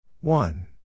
One